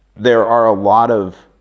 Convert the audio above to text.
there are a lot of